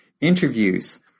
interviews